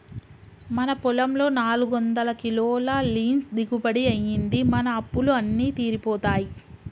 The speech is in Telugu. మన పొలంలో నాలుగొందల కిలోల లీన్స్ దిగుబడి అయ్యింది, మన అప్పులు అన్నీ తీరిపోతాయి